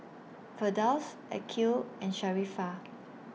Firdaus Aqil and Sharifah